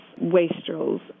wastrels